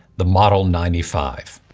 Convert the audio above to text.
the model ninety five.